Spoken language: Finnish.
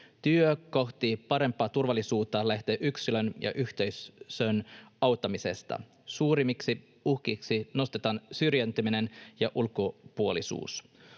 Työ kohti parempaa turvallisuutta lähtee yksilön ja yhteisön auttamisesta. Suurimmiksi uhkiksi nostetaan syrjäytyminen ja ulkopuolisuus.